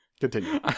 continue